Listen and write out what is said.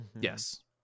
yes